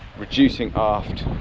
reducing aft,